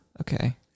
okay